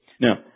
Now